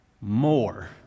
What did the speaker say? more